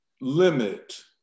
limit